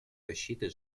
защиты